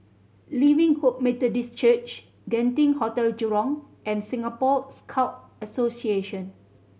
Living Hope Methodist Church Genting Hotel Jurong and Singapore Scout Association